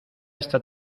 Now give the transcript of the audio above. esta